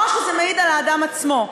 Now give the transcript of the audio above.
או שזה מעיד על האדם עצמו.